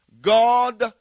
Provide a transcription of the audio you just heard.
god